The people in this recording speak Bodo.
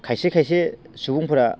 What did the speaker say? खायसे खायसे सुबुंफोरा